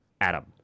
Adam